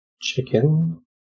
chicken